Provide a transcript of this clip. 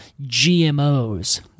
GMOs